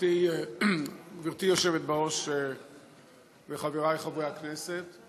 גברתי היושבת בראש וחברי חברי הכנסת,